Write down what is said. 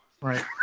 Right